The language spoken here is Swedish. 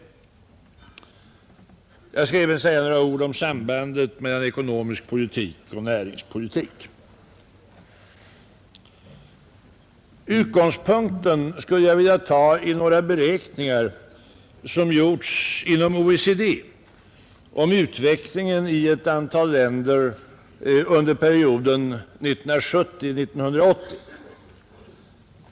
Jag skall även säga några ord om sambandet mellan ekonomisk politik och näringspolitik. Som utgångspunkt skulle jag vilja ta några beräkningar, som gjorts inom OECD, rörande utvecklingen i ett antal länder under perioden 1970—1980.